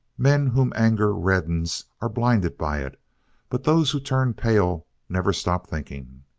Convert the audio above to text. men whom anger reddens are blinded by it but those who turn pale never stop thinking.